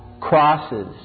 crosses